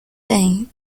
thing